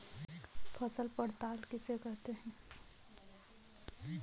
फसल पड़ताल किसे कहते हैं?